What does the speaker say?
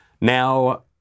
Now